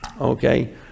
Okay